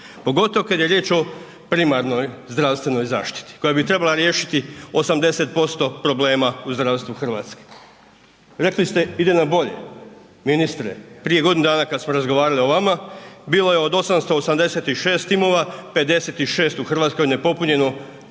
Pogotovo kada je riječ o primarnoj zdravstvenoj zaštiti koja bi trebala riješiti 80% problema u zdravstvu Hrvatske. Rekli ste ide na bolje, ministre prije godinu dana kada smo razgovarali o vama bilo je od 886 timova 56 u Hrvatskoj nepopunjeno,